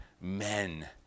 men